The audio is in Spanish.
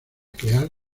crear